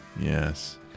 Yes